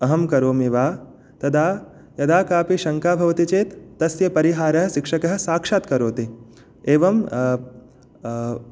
अहं करोमि वा तदा यदा कापि शङ्का भवति चेत् तस्य परिहारः शिक्षकः साक्षात् करोति एवं